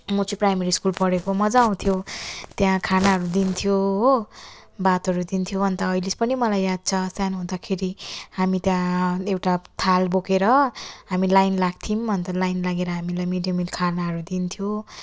म चाहिँ primary school पढेको मजा आउँथ्यो त्यहाँ खानाहरू दिन्थ्यो हो भातहरू दिन्थ्यो अन्त अहिले पनि मलाई याद छ सानो हुँदाखेरि हामी त्यहाँ एउटा थाल बोकेर हामी लाइन लाग्थ्यौँ अन्त लाइन लागेर हामीलाई मिड डे मिल खानाहरू दिन्थ्यो